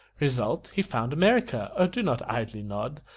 result he found america oh, do not idly nod,